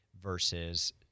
versus